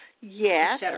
yes